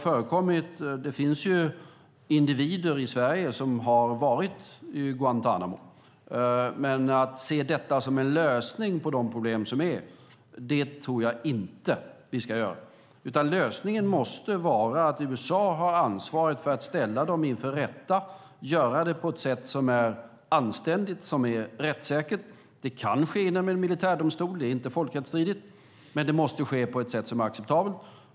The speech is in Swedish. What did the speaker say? Det finns individer i Sverige som varit i Guantánamo, men att se det som en lösning på de problem som finns tror jag inte att vi ska göra. Lösningen måste vara att USA har ansvaret för att ställa fångarna inför rätta och göra det på ett anständigt och rättssäkert sätt. Det kan ske i en militärdomstol - det är inte folkrättsstridigt - men det måste ske på ett sätt som är acceptabelt.